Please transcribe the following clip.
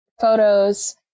photos